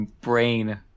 brain